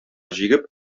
җигеп